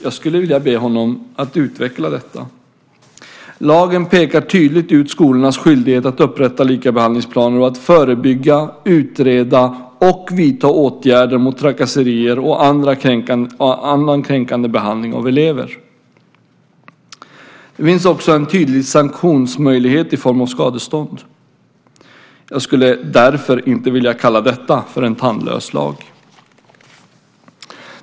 Jag skulle vilja be honom utveckla detta. Lagen pekar tydligt ut skolornas skyldighet att upprätta likabehandlingsplaner och att förebygga, utreda och vidta åtgärder mot trakasserier och annan kränkande behandling av elever. Det finns också en tydlig sanktionsmöjlighet i form av skadestånd. Jag skulle därför inte vilja kalla detta för en tandlös lag.